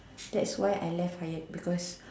that's why I left Hyatt because